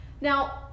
now